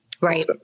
Right